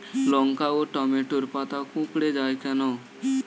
লঙ্কা ও টমেটোর পাতা কুঁকড়ে য়ায় কেন?